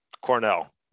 cornell